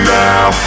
now